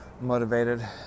motivated